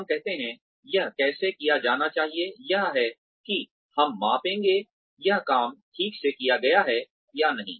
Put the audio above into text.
जब हम कहते हैं यह कैसे किया जाना चाहिए यह है कि हम मापेंगे यह काम ठीक से किया गया है या नहीं